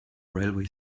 railway